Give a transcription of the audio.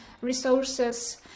resources